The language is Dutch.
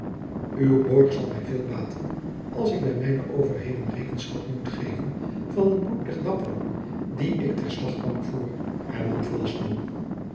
uw borg zal mij veel baten als ik bij mijne overheden rekenschap moet geven van het bloed der dapperen die ik ter slachtbank voer